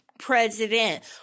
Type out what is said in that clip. president